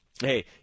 Hey